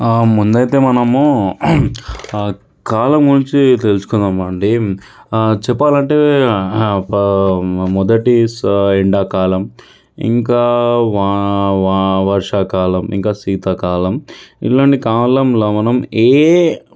ముందైతే మనము కాలం గురించి తెలుసుకుందాం అండి చెప్పాలంటే మొదటి ఎండాకాలం ఇంకా వా వా వాన వర్షాకాలం ఇంకా శీతాకాలం ఇలాంటి కాలంలో మనం ఏ